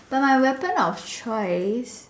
but my weapon of choice